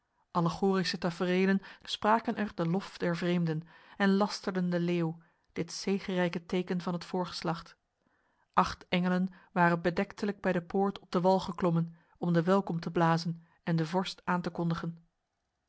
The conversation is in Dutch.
allegorische taferelen spraken er de lof der vreemden en lasterden de leeuw dit zegerijke teken van het voorgeslacht acht engelen waren bedektelijk bij de poort op de wal geklommen om de welkom te blazen en de vorst aan te kondigen